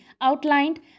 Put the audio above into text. outlined